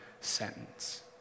sentence